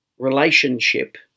Relationship